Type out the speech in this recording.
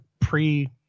pre